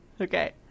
Okay